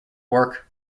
work